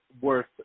worth